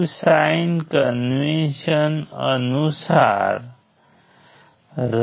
અને તમે બીજા ઘણા લોકો માટે કરી શકો છો